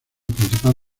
principal